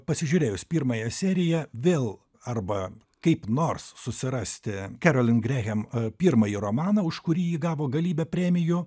pasižiūrėjus pirmąją seriją vėl arba kaip nors susirasti kerolin grehem pirmąjį romaną už kurį ji gavo galybę premijų